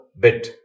bit